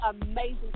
amazing